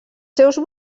seus